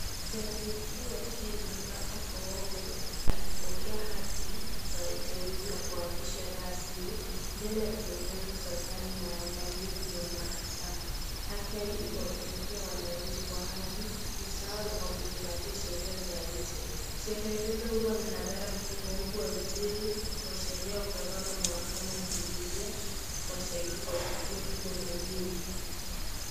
Jaji mkuu wa kenya Martha Koome akipokea hati za uteuzi kuabishwa rasmi mbele ya viongozi wa serikalin na maandamizi wa akiahidi kuwatumikia wanachi kwa haki, usawa na kwa kuzingatia sheria za nchi. Sherehe hizo huwa na hadhara kubwa huku waziri wa shaeria wa ugavana wa mahaklama ikihudhuria mashahidi kwa tukio hilo muhimu.